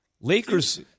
Lakers